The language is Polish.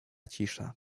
cisza